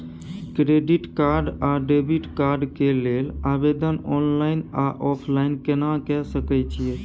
Credit card आ debit card के लेल आवेदन ऑनलाइन आ ऑफलाइन केना के सकय छियै?